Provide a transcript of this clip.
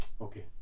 okay